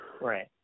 Right